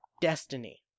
Destiny